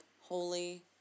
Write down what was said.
holy